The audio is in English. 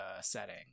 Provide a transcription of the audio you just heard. setting